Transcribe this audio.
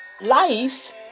life